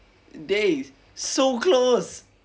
dey so close